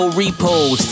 repos